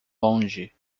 longe